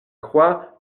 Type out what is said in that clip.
croix